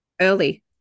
Early